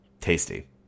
Tasty